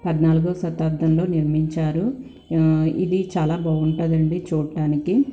పద్నాలుగో శతాబ్దంలో నిర్మించారు ఇది చాలా బాగుంటుందండి చూడ్డానికి